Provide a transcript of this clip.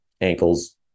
ankles